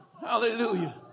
Hallelujah